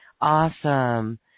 Awesome